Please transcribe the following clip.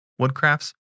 woodcrafts